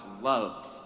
love